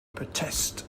protest